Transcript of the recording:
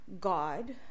God